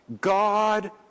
God